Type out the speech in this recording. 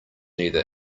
neither